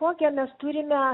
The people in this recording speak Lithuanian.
kokią mes turime